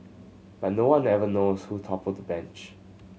but nobody ever knows who toppled the bench